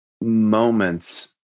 moments